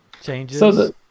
changes